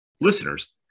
listeners